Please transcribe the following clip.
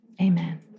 Amen